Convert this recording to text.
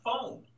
phone